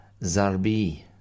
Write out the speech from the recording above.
zarbi